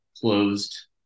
closed